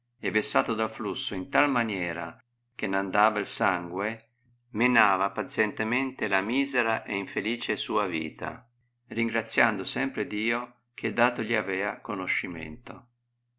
e vessato dal flusso in tal maniera che n andava il sangue menava pazientemente la misera e infelice sua vita ringraziando sempre dio che dato gli avea conoscimento